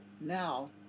Now